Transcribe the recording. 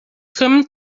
come